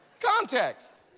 Context